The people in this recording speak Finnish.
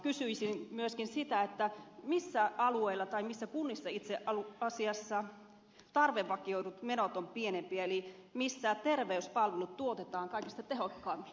kysyisin myöskin sitä missä kunnissa tarvevakioidut menot ovat pienimpiä eli missä terveyspalvelut tuotetaan kaikista tehokkaimmin